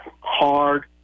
hard